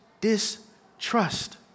distrust